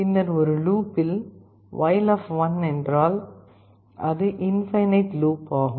பின்னர் ஒரு லூப்பில் while என்றால் அது இன்பைனைட் லூப் ஆகும்